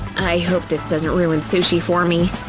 i hope this doesn't ruin sushi for me.